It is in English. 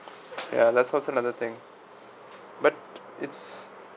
ya that's also another thing but it's